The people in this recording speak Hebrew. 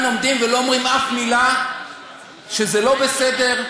עומדים ולא אומרים אף מילה שזה לא בסדר?